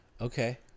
okay